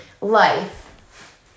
life